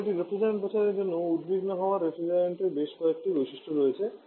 এখন একটি রেফ্রিজারেন্ট বাছাইয়ের জন্য উদ্বিগ্ন হওয়ার রেফ্রিজারেন্টের বেশ কয়েকটি বৈশিষ্ট্য রয়েছে